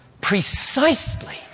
precisely